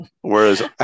Whereas